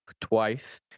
twice